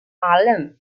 harlem